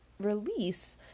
release